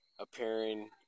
Appearing